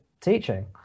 teaching